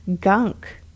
gunk